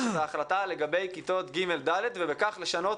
את ההחלטה לגבי כיתות ג'-ד' ובכך לשנות